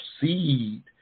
seed